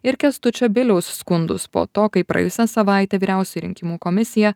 ir kęstučio biliaus skundus po to kai praėjusią savaitę vyriausioji rinkimų komisija